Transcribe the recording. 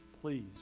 please